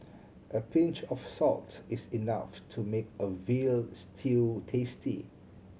a pinch of salt is enough to make a veal stew tasty